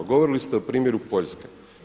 Govorili ste o primjeru Poljske.